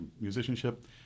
musicianship